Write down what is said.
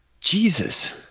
Jesus